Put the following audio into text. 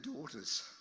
daughters